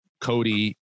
Cody